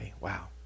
Wow